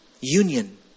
Union